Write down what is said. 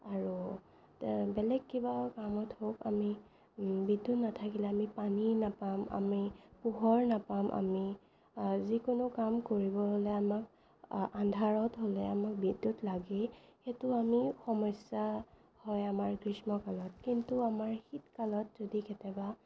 আৰু বেলেগ কিবা কামত হওঁক আমি বিদ্যুৎ নাথাকিলে আমি পানী নাপাম আমি পোহৰ নাপাম আমি যিকোনো কাম কৰিব হ'লে আমাক আন্ধাৰত হ'লে আমাক বিদ্যুৎ লাগেই সেইটো আমি সমস্যা হয় আমাৰ গ্ৰীষ্মকালত কিন্তু আমাৰ শীতকালত যদি কেতিয়াবা